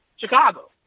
Chicago